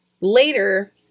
Later